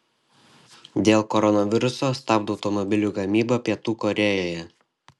dėl koronaviruso stabdo automobilių gamybą pietų korėjoje